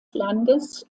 landes